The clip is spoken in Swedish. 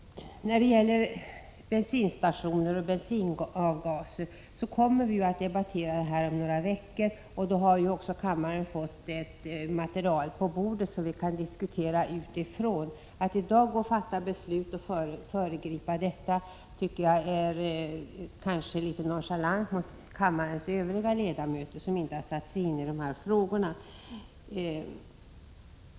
Beträffande bensinstationer och bensinavgaser kommer det en debatt om några veckor. Då har också kammaren fått ett material på bordet som vi kan diskutera utifrån. Att i dag fatta beslut och föregripa den behandlingen tycker jag är litet nonchalant mot kammarens övriga ledamöter, som inte har satt sig in i de här frågorna.